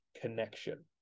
connection